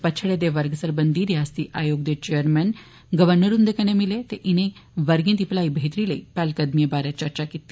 पछड़े वर्गे सरबंधी रयासती आयोग दे चेयरमैन गवरर्नर हन्दे कन्नै मिले ते इनें वर्गे दी भलाई बेहतरी लेई पैहकदमियें बारै चर्चा कीती